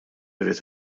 irrid